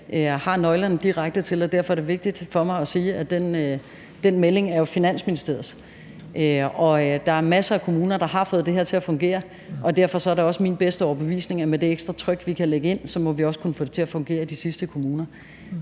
har nøglerne direkte til. Derfor er det vigtigt for mig at sige, at den melding jo er Finansministeriets. Der er masser af kommuner, der har fået det her til at fungere, og derfor er det også min bedste overbevisning, at med det ekstra tryk, vi kan lægge ind, må vi også kunne få det til at fungere i de sidste kommuner.